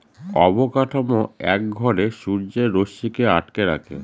অবকাঠামো এক ঘরে সূর্যের রশ্মিকে আটকে রাখে